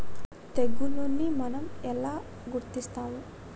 తెగులుని మనం ఎలా గుర్తిస్తాము?